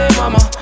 mama